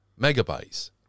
megabytes